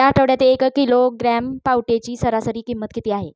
या आठवड्यात एक किलोग्रॅम पावट्याची सरासरी किंमत किती आहे?